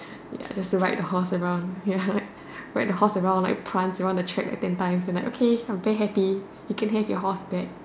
ya just to ride the horse around ya like ride the horse around like prance around the track like ten times and like okay I'm very happy you can have your horse back